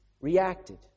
reacted